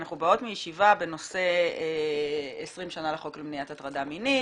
אנחנו באות מישיבה בנושא 20 שנים לחוק למניעת הטרדה מינית.